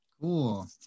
Cool